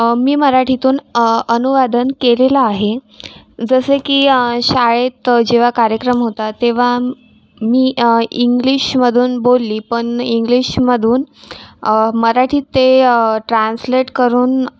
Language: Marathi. मी मराठीतून अनुवादन केलेलं आहे जसे की शाळेत जेव्हा कार्यक्रम होतात तेव्हा मी इंग्लिशमधून बोलली पण इंग्लिशमधून मराठीत ते ट्रान्सलेट करून